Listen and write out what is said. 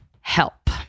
Help